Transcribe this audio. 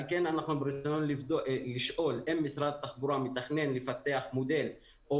על כן אנחנו רצינו לשאול האם משרד התחבורה מתכנן לפתח מודל או